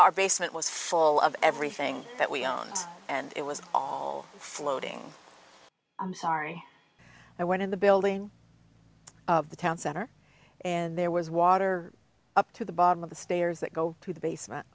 our basement was full of everything that we are and it was all floating i'm sorry i went in the building of the town center and there was water up to the bottom of the stairs that go to the basement